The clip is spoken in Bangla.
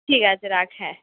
ঠিক আছে রাখ হ্যাঁ